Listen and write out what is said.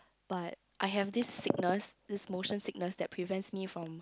but I have this sickness this motion sickness that prevents me from